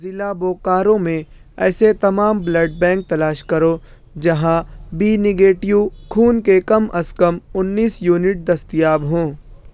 ضلع بوکارو میں ایسے تمام بلڈ بینک تلاش کرو جہاں بی نگیٹیو خون کے کم از کم انیس یونٹ دستیاب ہوں